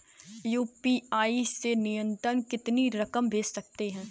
UPI से न्यूनतम कितनी रकम भेज सकते हैं?